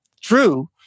true